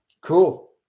Cool